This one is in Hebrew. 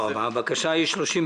פותח את ישיבת